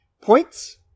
Points